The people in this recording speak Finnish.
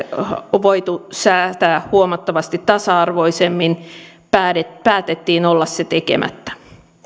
voitu säätää huomattavasti tasa arvoisemmin päätettiin olla se tekemättä